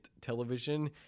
television